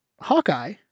Hawkeye